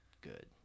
good